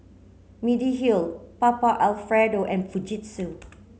Mediheal Papa Alfredo and Fujitsu